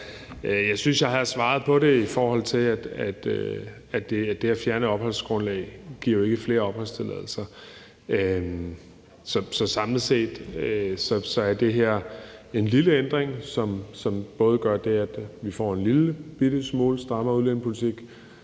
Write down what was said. Jeg synes, jeg har svaret på det, i forhold til at det at fjerne et opholdsgrundlag jo ikke giver flere opholdstilladelser. Så samlet set er det her en lille ændring, som både gør, at vi får en lillebitte smule strammere udlændingepolitik,